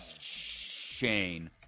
Shane